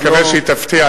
אני מקווה שהיא תפתיע.